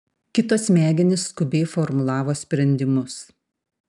kito smegenys skubiai formulavo sprendimus